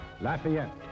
Lafayette